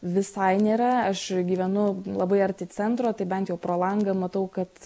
visai nėra aš gyvenu labai arti centro tai bent jau pro langą matau kad